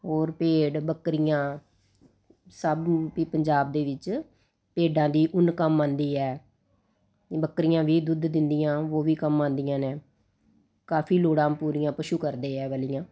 ਹੋਰ ਭੇਡ ਬੱਕਰੀਆਂ ਸਭ ਨੂੰ ਵੀ ਪੰਜਾਬ ਦੇ ਵਿੱਚ ਭੇਡਾਂ ਦੀ ਉੱਨ ਕੰਮ ਆਉਂਦੀ ਹੈ ਬੱਕਰੀਆਂ ਵੀ ਦੁੱਧ ਦਿੰਦੀਆਂ ਉਹ ਵੀ ਕੰਮ ਆਉਂਦੀਆਂ ਨੇ ਕਾਫ਼ੀ ਲੋੜਾਂ ਪੂਰੀਆਂ ਪਸ਼ੂ ਕਰਦੇ ਇਹ ਵਾਲੀਆਂ